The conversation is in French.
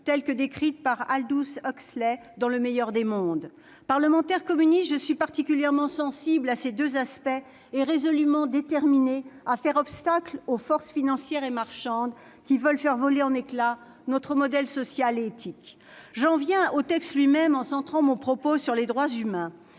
telle que décrite par Aldous Huxley dans ? Parlementaire communiste, je suis particulièrement sensible à ces deux aspects et résolument déterminée à faire obstacle aux forces financières et marchandes qui veulent faire voler en éclat notre modèle social et éthique. J'en viens au texte lui-même, en centrant mon propos sur les droits humains,